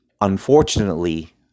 Unfortunately